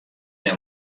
dêr